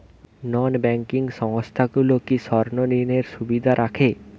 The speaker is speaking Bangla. নন ব্যাঙ্কিং সংস্থাগুলো কি স্বর্ণঋণের সুবিধা রাখে?